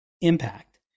impact